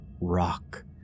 rock